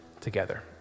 together